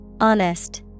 Honest